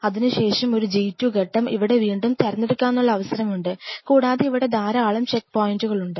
അതിനുശേഷം ഒരു G2 ഘട്ടം ഇവിടെ വീണ്ടും തിരഞ്ഞെടുക്കാനുള്ള അവസരമുണ്ട് കൂടാതെ ഇവിടെ ധാരാളം ചെക്ക്പോയിന്റുകൾ ഉണ്ട്